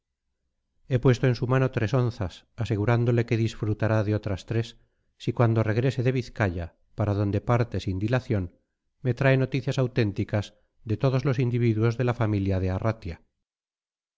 he puesto en su mano tres onzas asegurándole que disfrutará de otras tres si cuando regrese de vizcaya para donde parte sin dilación me trae noticias auténticas de todos los individuos de la familia de arratia